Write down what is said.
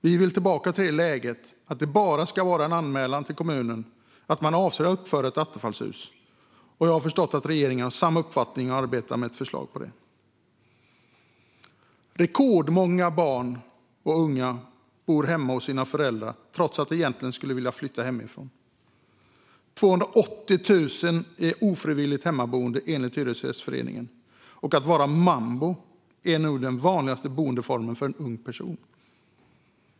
Vi vill tillbaka till det läget att det bara ska behövas en anmälan till kommunen att man avser att uppföra ett attefallshus, och jag har förstått att regeringen har samma uppfattning och arbetar med ett förslag om det. Rekordmånga unga bor hemma hos sina föräldrar trots att de egentligen skulle vilja flytta hemifrån. 280 000 är ofrivilligt hemmaboende, enligt Hyresgästföreningen. Att vara mambo är nu den vanligaste boendeformen för en ung person.